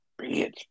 bitch